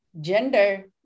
gender